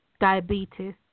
diabetes